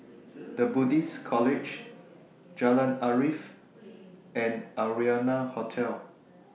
The Buddhist College Jalan Arif and Arianna Hotel